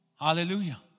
Hallelujah